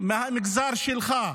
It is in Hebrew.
מהמגזר שלך,